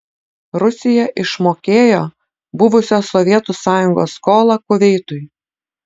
rusija išmokėjo buvusios sovietų sąjungos skolą kuveitui